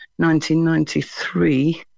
1993